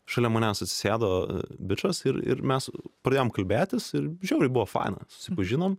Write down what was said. šalia manęs atsisėdo bičas ir ir mes pradėjom kalbėtis ir žiauriai buvo faina susipažinom